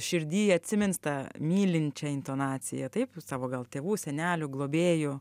širdy atsimins tą mylinčią intonaciją taip savo gal tėvų senelių globėjų